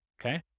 Okay